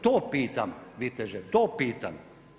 To pitam viteže, to pitam.